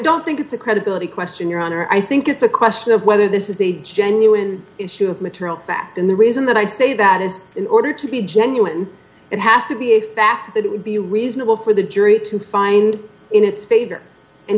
don't think it's a credibility question your honor i think it's a question of whether this is a genuine issue of material fact and the reason that i say that is in order to be genuine it has to be a fact that it would be reasonable for the jury to find in its favor